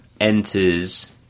enters